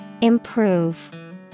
Improve